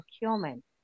procurement